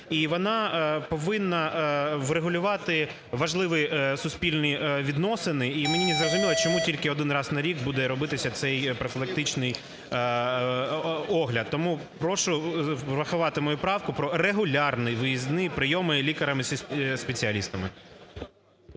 І вона повинна врегулювати важливі суспільні відносини. І мені незрозуміло чому тільки один раз на рік буде робитися цей профілактичний огляд. Тому прошу врахувати мою правку про регулярні виїзні прийоми лікарями-спеціалістами.